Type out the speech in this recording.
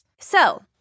So-